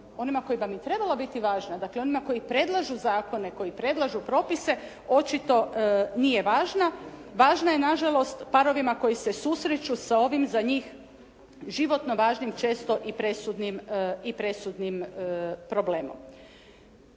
onima kojima bi trebala biti važna, dakle onima koji predlažu zakone, koji predlažu propise očito nije važna. Važna je nažalost parovima koji se susreću sa ovim za njih životno važnim često i presudnim problemom.